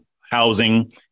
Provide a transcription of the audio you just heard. housing